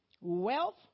wealth